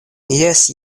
jes